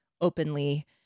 openly